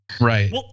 Right